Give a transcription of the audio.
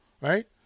right